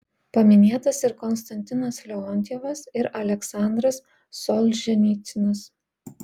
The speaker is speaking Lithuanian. paminėtas ir konstantinas leontjevas ir aleksandras solženicynas